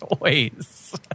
choice